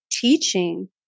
teaching